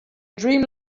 dream